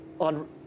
on